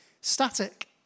static